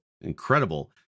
incredible